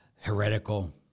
heretical